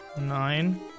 Nine